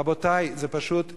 רבותי, זאת פשוט אי-הבנה,